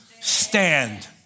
Stand